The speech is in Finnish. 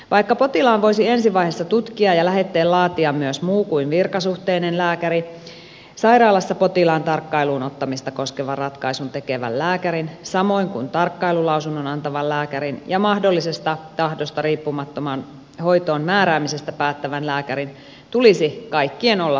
vaikka potilaan voisi ensi vaiheessa tutkia ja lähetteen laatia myös muu kuin virkasuhteinen lääkäri sairaalassa potilaan tarkkailuun ottamista koskevan ratkaisun tekevän lääkärin samoin kuin tarkkailulausunnon antavan lääkärin ja mahdollisesta tahdosta riippumattomaan hoitoon määräämisestä päättävän lääkärin tulisi kaikkien olla virkasuhteessa